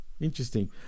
Interesting